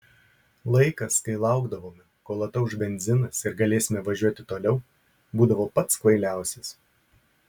laikas kai laukdavome kol atauš benzinas ir galėsime važiuoti toliau būdavo pats kvailiausias